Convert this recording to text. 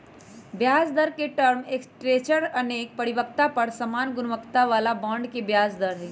ब्याजदर के term structure अनेक परिपक्वता पर समान गुणवत्ता बला बॉन्ड के ब्याज दर हइ